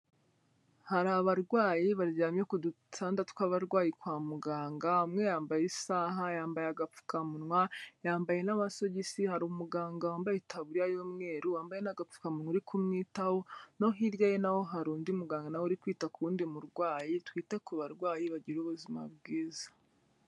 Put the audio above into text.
Hari abarwayi baryamye ku dutanda tw'abarwayi kwa muganga, umwe yambaye isaha, yambaye agapfukamunwa, yambaye n'amasogisi, hari umuganga wambaye itaburiya y'umweru, wambaye n'agapfukamunwa uri kumwitaho, no hirya ye n'aho hari undi muganga na we uri kwita ku wundi murwayi. Twite ku barwayi bagira ubuzima bwiza.